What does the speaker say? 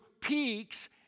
peaks